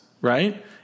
right